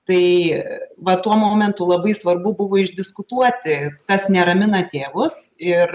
tai va tuo momentu labai svarbu buvo išdiskutuoti kas neramina tėvus ir